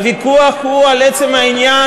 הוויכוח הוא על עצם העניין,